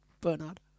Bernard